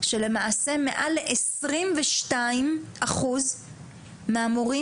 שלמעשה מעל עשרים ושניים אחוז מהמורים